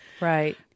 right